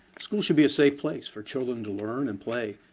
school should be a safe place for children to learn and play,